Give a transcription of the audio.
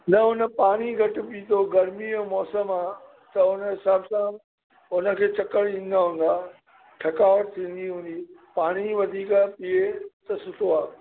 न हुन पाणी घटि पीतो गरमीअ जो मौसमु आहे त उन हिसाबु सां हुन खे चकर ईंदा हूंदा थकावट थींदी हूंदी पाणी वधीक पीए त सुठो आहे